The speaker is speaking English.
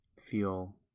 feel